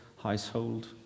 household